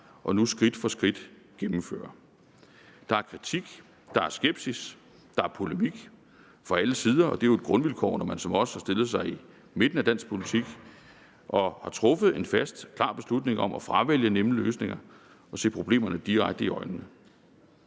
skridt for skridt. Der er kritik, der er skepsis og der er polemik fra alle sider, og det er jo et grundvilkår, når man som vi har stillet sig i midten af dansk politik og har truffet en fast og klar beslutning om at fravælge nemme løsninger og se problemerne direkte i øjnene.